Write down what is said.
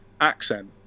accent